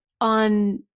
on